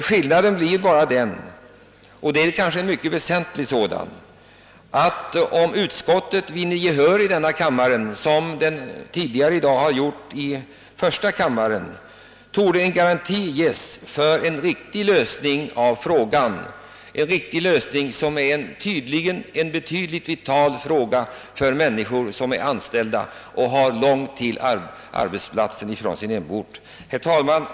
Skillnaden blir bara den — kanske en mycket väsentlig sådan — att om utskottet vinner gehör i denna kammare såsom det tidigare i dag har gjort i första kammaren, torde en garanti ges för en riktig lösning av en fråga, som är mycket vital för de människor som har lång väg mellan arbetsplats och hemort. Herr talman!